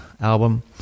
album